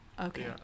Okay